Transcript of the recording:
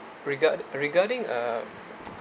regard regarding uh